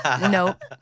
Nope